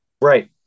Right